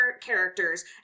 characters